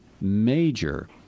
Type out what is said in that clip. major